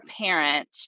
parent